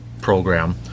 program